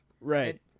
Right